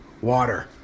Water